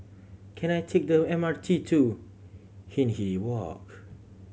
can I take the M R T to Hindhede Walk